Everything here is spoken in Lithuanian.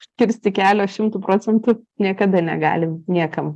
užkirsti kelią šimtu procentų niekada negalim niekam